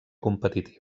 competitiva